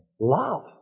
love